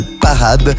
Parade